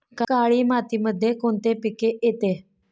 काळी मातीमध्ये कोणते पिके येते?